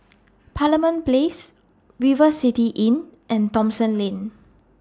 Parliament Place River City Inn and Thomson Lane